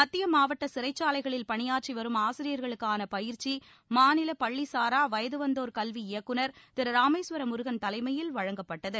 மத்திய மாவட்ட சிறைச்சாலைகளில் பணியாற்றிவரும் ஆசியர்களுக்கான பயிற்சி மாநில பள்ளிசாரா வயது வந்தோர் கல்வி இயக்குநர் திரு ராமேஸ்வர முருகன் தலைமையில் வழங்கப்பட்டது